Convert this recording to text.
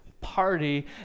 party